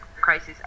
crisis